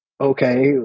okay